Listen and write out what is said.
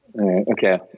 Okay